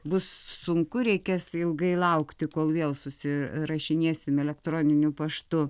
bus sunku reikės ilgai laukti kol vėl susirašinėsime elektroniniu paštu